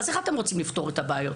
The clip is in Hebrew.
אז איך אתם רוצים לפתור את הבעיות?